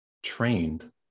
trained